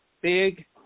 big